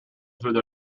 through